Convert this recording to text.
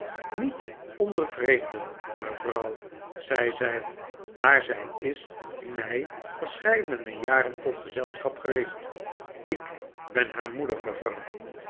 niet onder vreemden mevrouw zei zij maar zij is m ij verscheidene jaren tot gezelschap geweest ik ben haar moeder